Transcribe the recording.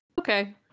Okay